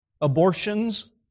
Abortions